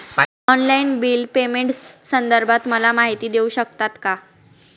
Online bill पेमेंटसंदर्भात मला माहिती देऊ शकतात का?